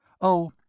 Oh